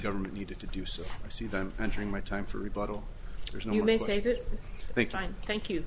government needed to do so i see them entering my time for rebuttal there's no you